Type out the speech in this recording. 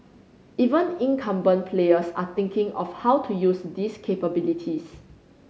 even incumbent players are thinking of how to use these capabilities